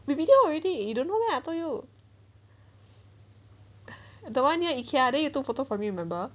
maybe take out already you don't know meh I told you the one near IKEA then you took photo for me remember